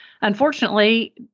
unfortunately